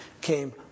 came